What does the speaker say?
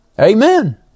Amen